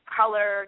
color